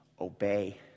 Obey